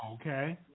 Okay